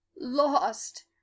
LOST